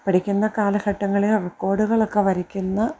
പഠിക്കുന്ന കാലഘട്ടങ്ങളിൽ റെക്കോർഡുകൾ ഒക്കെ വരയ്ക്കുന്ന